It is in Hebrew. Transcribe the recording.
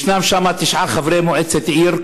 יש שם תשעה חברי מועצת עיר,